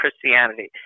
Christianity